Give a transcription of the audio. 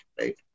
Right